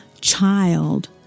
child